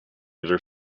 either